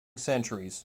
centuries